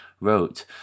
wrote